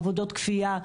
עבודות כפיה,